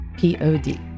Pod